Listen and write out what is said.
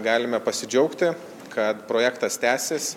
galime pasidžiaugti kad projektas tęsis